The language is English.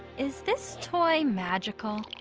is this toy magical?